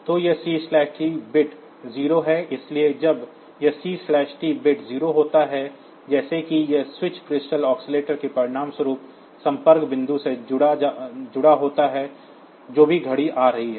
तो यह C T bit 0 है इसलिए जब यह C T बिट 0 होता है जैसे कि यह स्विच क्रिस्टल ऑस्किलटोर से परिणामस्वरूप संपर्क बिंदु से जुड़ा होता है जो भी घड़ी आ रही है